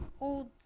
old